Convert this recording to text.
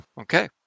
Okay